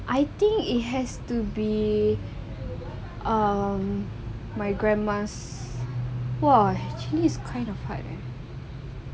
I think it has to be um my grandma's !wah! actually it's quite of hard